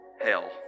hell